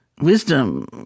wisdom